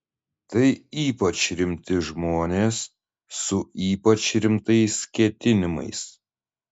tai ypač rimti žmonės su ypač rimtais ketinimais